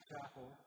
chapel